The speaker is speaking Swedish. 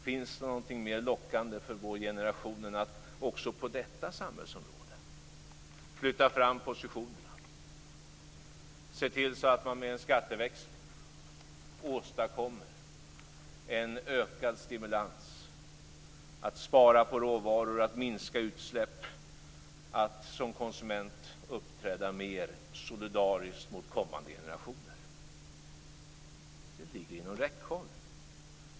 Finns det någonting mer lockande för vår generation än att också på detta samhällsområde flytta fram positionerna, se till att man med en skatteväxling åstadkommer en ökad stimulans, sparar på råvaror och minskar utsläpp och att man som konsument uppträder mer solidariskt mot kommande generationer? Det ligger inom räckhåll.